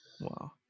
Wow